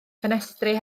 ffenestri